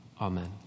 Amen